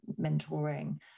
mentoring